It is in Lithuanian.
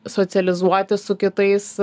socializuotis su kitais